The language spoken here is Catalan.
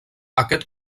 aquest